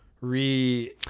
Re